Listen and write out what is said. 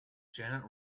janet